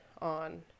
on